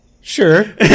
Sure